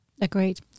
Agreed